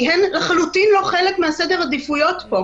הן לחלוטין לא בסדר העדיפויות פה.